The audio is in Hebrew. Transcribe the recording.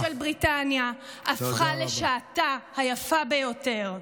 שעתה החשוכה ביותר של בריטניה הפכה לשעתה היפה ביותר.